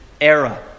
era